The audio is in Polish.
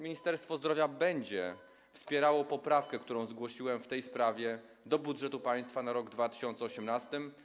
Ministerstwo Zdrowia będzie wspierało poprawkę, którą zgłosiłem w tej sprawie, do budżetu państwa na rok 2018?